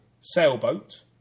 sailboat